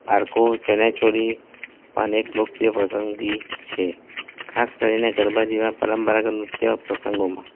પારકો ચણીયા ચોળી પણ અનેક લોકપ્રિય પસંદગી છે ખાસ કરીને ગરબા જેવા પરંપરાગત નૃત્ય પ્રસંગોમાં